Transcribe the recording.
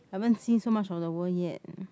I haven't see so much of the world yet